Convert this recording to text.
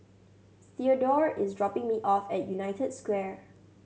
Theodore is dropping me off at United Square